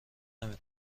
نمی